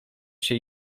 się